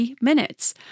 minutes